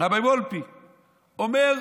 רביי וולפה, והוא אומר,